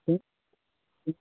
ठीक हँ